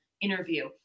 interview